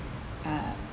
uh